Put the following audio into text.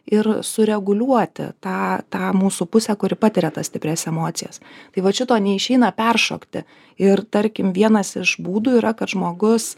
ir sureguliuoti tą tą mūsų pusę kuri patiria tas stiprias emocijas tai vat šito neišeina peršokti ir tarkim vienas iš būdų yra kad žmogus